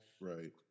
Right